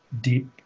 deep